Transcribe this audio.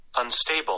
Unstable